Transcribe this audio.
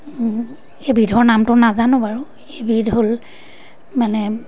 এবিধৰ নামটো নাজানো বাৰু এইবিধ হ'ল মানে